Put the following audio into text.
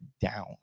down